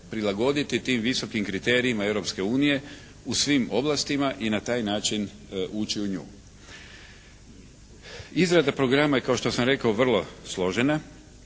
prilagoditi tim visokim kriterijima Europske unije u svim oblastima i na taj način ući u nju? Izrada programa je kao što sam rekao vrlo složena